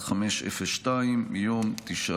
1502 מיום 19